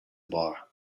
bar